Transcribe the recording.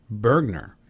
Bergner